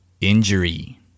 Injury